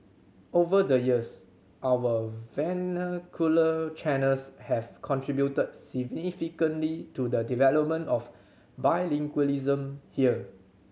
over the years our vernacular channels have contributed significantly to the development of bilingualism here